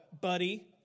buddy